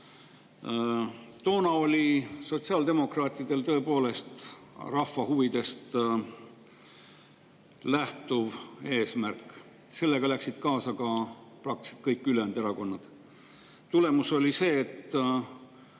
Toona oli sotsiaaldemokraatidel tõepoolest rahva huvidest lähtuv eesmärk ja sellega läksid kaasa praktiliselt kõik ülejäänud erakonnad. Tulemus oli see, et